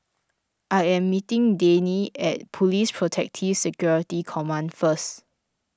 I am meeting Dayne at Police Protective Security Command first